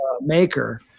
maker